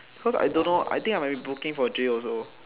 cause I don't know I think I might be booking for J also